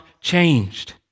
changed